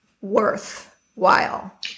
worthwhile